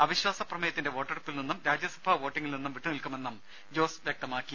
അവിശ്വാസപ്രമേയത്തിന്റെ വോട്ടെടുപ്പിൽ നിന്നും രാജ്യസഭാ വോട്ടിംഗിൽ നിന്നും വിട്ടുനിൽക്കുമെന്നും ജോസ് വ്യക്തമാക്കി